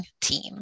team